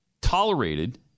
tolerated